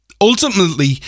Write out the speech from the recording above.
Ultimately